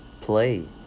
play